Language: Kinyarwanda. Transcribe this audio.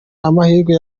amahirwe